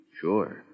Sure